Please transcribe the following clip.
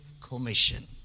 Commission